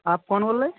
आप कौन बोल रहे